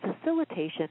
facilitation